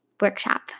workshop